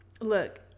look